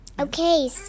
Okay